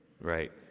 right